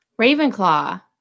Ravenclaw